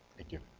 thank you.